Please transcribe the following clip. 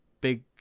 big